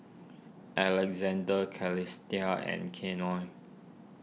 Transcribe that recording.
Alexander Celestia and Keion